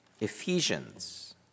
Ephesians